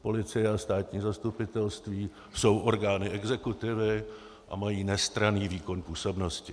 Policie a státní zastupitelství jsou orgány exekutivy a mají nestranný výkon působnosti.